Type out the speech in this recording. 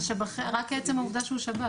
רק עצם העובדה שהוא שב"ח.